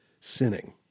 sinning